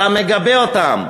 אתה מגבה אותם.